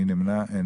מי נמנע?